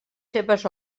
seves